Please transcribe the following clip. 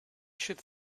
should